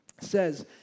says